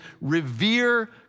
revere